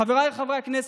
חבריי חברי הכנסת,